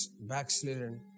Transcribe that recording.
backslidden